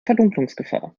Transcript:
verdunkelungsgefahr